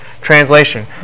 translation